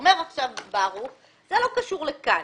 אומר עכשיו ברוך שזה לא קשור לכאן.